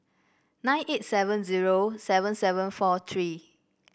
nine eight seven zero seven seven four three